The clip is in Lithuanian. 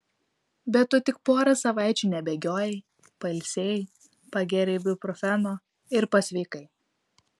bet tu tik porą savaičių nebėgiojai pailsėjai pagėrei ibuprofeno ir pasveikai